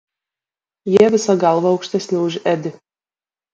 jie visa galva aukštesni už edį